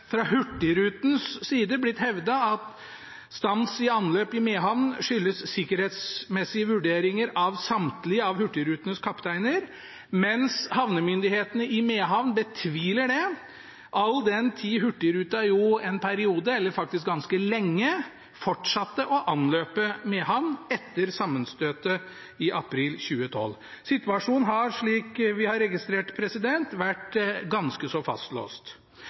fra Hurtigrutens side – har blitt hevdet at stans i anløp i Mehamn skyldes sikkerhetsmessige vurderinger av samtlige av Hurtigrutens kapteiner, mens havnemyndighetene i Mehamn betviler dette, all den tid Hurtigruten jo en periode, eller faktisk ganske lenge, fortsatte å anløpe Mehamn etter sammenstøtet i april 2012. Situasjonen har vært – slik vi har registrert – ganske så fastlåst.